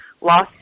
lost